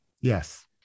Yes